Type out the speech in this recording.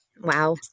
Wow